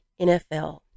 NFL